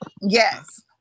Yes